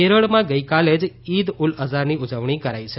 કેરળમાં ગઇકાલે જ ઇદ ઉલ અઝાની ઉજવણી કરાઇ છે